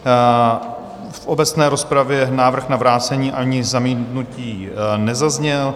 V obecné rozpravě návrh na vrácení ani zamítnutí nezazněl.